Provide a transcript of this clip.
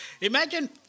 imagine